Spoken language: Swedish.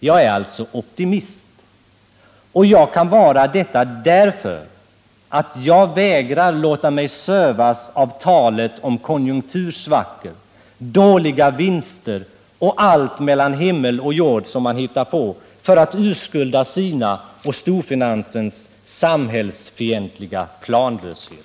Jag är alltså optimist, och det kan jag vara därför att jag vägrar att låta mig sövas av talet om konjunktursvackor, dåliga vinster och allt mellan himmel och jord som man anför för att urskulda sin och storfinansens samhällsfientliga planlöshet.